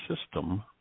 system